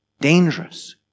dangerous